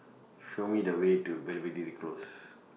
Show Me The Way to Belvedere Close